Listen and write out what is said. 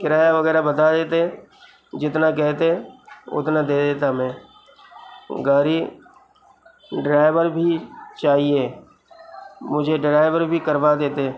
کرایہ وغیرہ بتا دیتے جتنا کہتے اتنا دے دیتا میں گاڑی ڈرائیور بھی چاہیے مجھے ڈرائیور بھی کروا دیتے